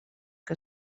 que